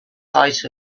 height